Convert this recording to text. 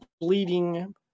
bleeding